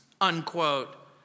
unquote